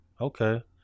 okay